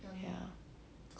ya